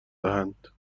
دهند